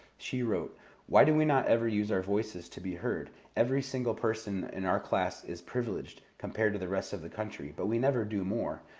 she wrote why do we not ever use our voices to be heard? every single person in our class is privileged compared to the rest of the country. but we never do more.